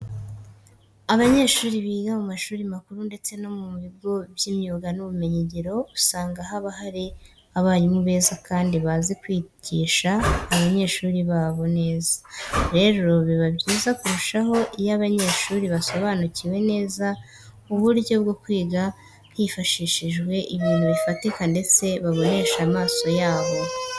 Abanyeshuri biga mu mashuri makuru ndetse no mu bigo by'imyuga n'ubumenyingiro, usanga haba hari abarimu beza kandi bazi kwigisha abanyeshuri babo neza. Rero biba byiza kurushaho iyo aba banyeshuri basobanukiwe neza uburyo bwo kwiga hifashishijwe ibintu bifatika ndetse babonesha amaso yabo.